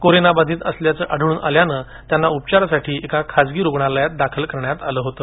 कोरोनाबाधित असल्याचं आढळून आल्याने त्यांना उपचारासाठी एका खासगी रुग्णालयात दाखल करण्यात आलं होतं